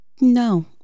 No